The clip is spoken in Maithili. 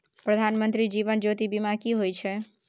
प्रधानमंत्री जीवन ज्योती बीमा की होय छै?